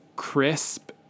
crisp